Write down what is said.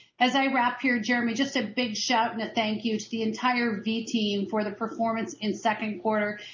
as i wrap here jeremy just a big shout and thank you to the entire v team for the performance in second quarter.